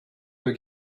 deux